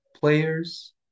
players